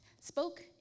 spoke